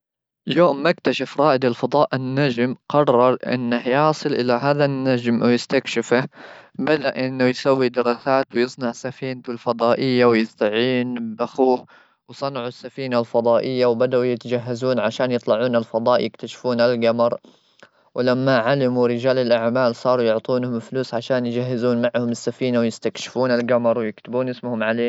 اليوم مكتشف رائد الفضاء النجم قرر انه يصل الى هذا النجم ويستكشفه بدا انه يسوي دراسات ويصنع سفينه الفضائيه ويستعين باخوه ,وصنعوا السفينه الفضائيه وبدؤوا يتجهزون عشان يطلعون الفضاء يكتشفون القمر ,ولما علموا رجال الاعمال صاروا يعطونهم فلوس عشان يجهزون معهم السفينه ويستكشفون القمر و يكتبون اسمهم عليه.